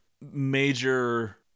major